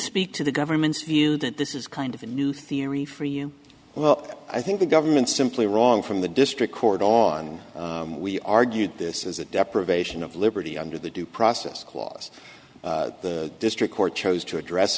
speak to the government's view that this is kind of a new theory for you well i think the government simply wrong from the district court on we argued this is a deprivation of liberty under the due process clause the district court chose to address